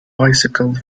bicycle